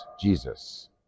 Jesus